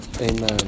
Amen